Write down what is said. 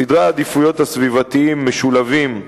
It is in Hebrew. סדרי העדיפויות הסביבתיים משולבים,